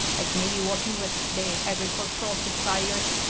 like maybe working with the agricultural suppliers,